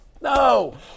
No